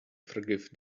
forgive